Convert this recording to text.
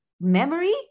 memory